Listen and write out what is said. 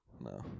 No